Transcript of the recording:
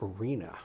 arena